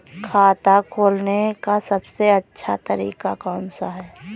खाता खोलने का सबसे अच्छा तरीका कौन सा है?